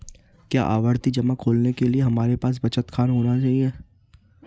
क्या आवर्ती जमा खोलने के लिए हमारे पास बचत खाता होना चाहिए?